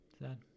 Sad